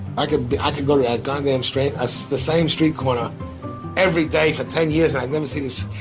i could be i could go. i've gone damn straight as the same street corner every day for ten years. i've never seen this.